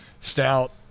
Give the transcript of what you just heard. stout